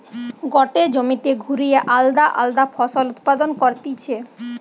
গটে জমিতে ঘুরিয়ে আলদা আলদা ফসল উৎপাদন করতিছে